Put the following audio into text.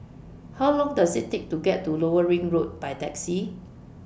How Long Does IT Take to get to Lower Ring Road By Taxi